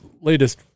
latest